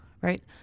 right